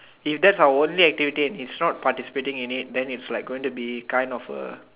if that's our only activity and his not participating in it then it's like going be kind of a